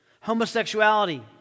homosexuality